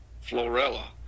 Florella